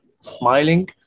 smiling